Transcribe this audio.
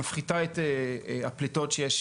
שמפחיתה את הפליטות שיש